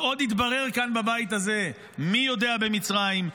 ועוד יתברר כאן בבית הזה מי יודע במצרים,